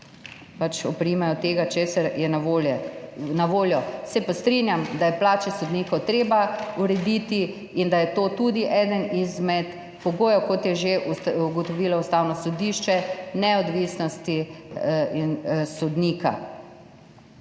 pač oprimejo tega, kar je na voljo. Se pa strinjam, da je plače sodnikov treba urediti in da je to tudi eden izmed pogojev, kot je že ugotovilo Ustavno sodišče, neodvisnosti sodnika.